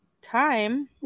time